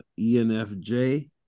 enfj